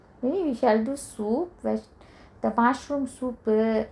maybe we shall do soup waste the mushroom soup uh